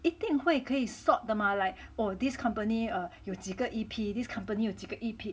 一定会可以 sort 的吗 like oh this company err 有几个 E_P this company 有几个 E_P